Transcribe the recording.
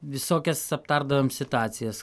visokias aptardavom situacijas